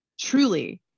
truly